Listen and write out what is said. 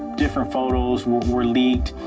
different photos were were leaked,